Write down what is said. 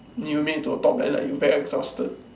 you make to top like that that you very exhausted